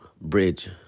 bridge